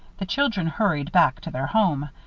the children hurried back to their home,